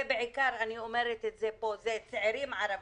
ובעיקר צעירים ערבים,